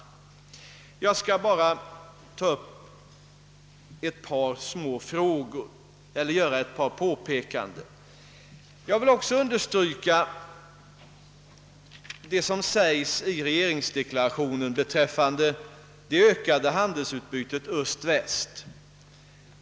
Jag skall bara göra ett par påpekanden. Jag vill understryka vad som i regeringsdeklarationen sägs om det ökade handelsutbytet mellan öst och väst.